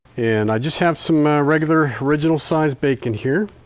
and i just have some regular original size bacon here